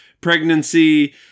pregnancy